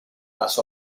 las